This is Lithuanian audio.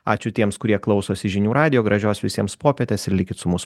ačiū tiems kurie klausosi žinių radijo gražios visiems popietės ir likit su mūsų